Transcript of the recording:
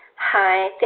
hi,